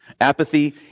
Apathy